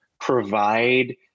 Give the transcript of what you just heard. provide